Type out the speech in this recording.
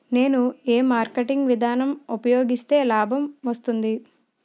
నేను ఏ మార్కెటింగ్ విధానం ఉపయోగిస్తే లాభం వస్తుంది?